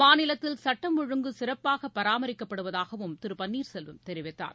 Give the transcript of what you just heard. மாநிலத்தில் சுட்டம் ஒழுங்கு சிறப்பாகபராமரிக்கப்படுவதாகவும் திருபன்னீர்செல்வம் தெரிவித்தார்